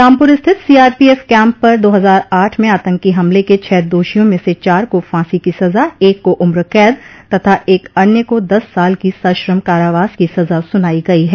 रामपुर स्थित CRPF camp पर आतंकी हमले के छह दोषियों में से चार को फांसी की सजा एक को उम्रकैद तथा एक अन्य को दस साल की सश्रम कारावास की सजा सुनाई गई हैं